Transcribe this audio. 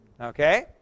Okay